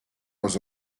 was